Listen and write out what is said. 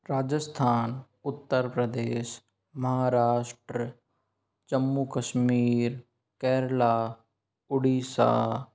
Rajasthan Uttar Pradesh Maharashtra Jammu Kashmir Kerala Orissa